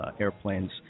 airplanes